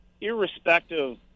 irrespective